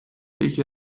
یکی